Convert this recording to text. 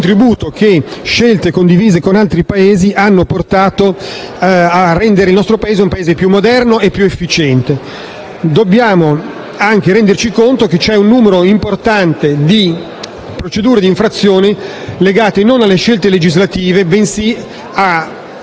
contributo di scelte condivise con altri Paesi, che hanno portato a rendere il nostro un Paese più moderno ed efficiente. Dobbiamo anche renderci conto che c'è un numero importante di procedure d'infrazione legate non alle scelte legislative, bensì ad